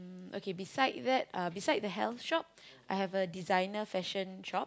okay beside that uh beside the health shop I have a designer fashion shop